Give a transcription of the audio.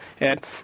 Ed